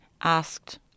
asked